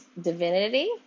divinity